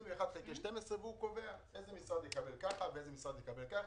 על פי 1/12 והוא קובע איזה משרד יקבל כך ואיזה משרד יקבל כך.